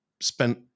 spent